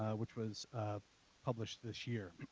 which was published this year.